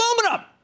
aluminum